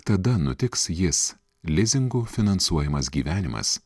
tada nutiks jis lizingu finansuojamas gyvenimas